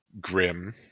grim